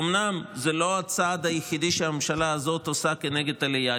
אומנם זה לא הצעד היחידי שהממשלה הזאת עושה נגד עלייה.